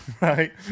right